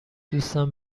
دوستم